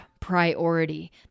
priority